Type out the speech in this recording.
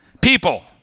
People